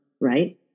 right